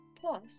Plus